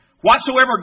whatsoever